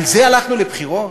על זה הלכנו לבחירות?